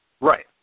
Right